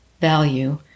value